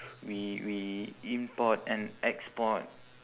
we we import and export